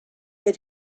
had